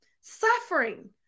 suffering